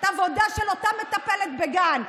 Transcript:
עבודה של אותה מטפלת בגן,